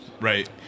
Right